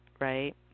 right